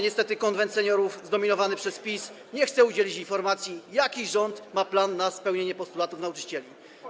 Niestety Konwent Seniorów zdominowany przez PiS nie chce udzielić informacji, jaki rząd ma plan na spełnienie postulatów nauczycieli.